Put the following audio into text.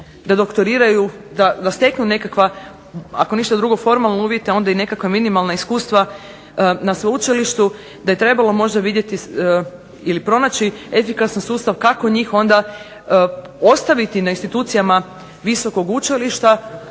da doktoriraju da steknu nekakva ako ništa drugo formalno uvjete, onda i neka minimalna iskustva na sveučilištu, da je trebalo možda vidjeti ili pronaći efikasan sustav kako njih onda ostaviti na institucijama visokog učilišta